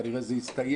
כנראה זה יסתיים,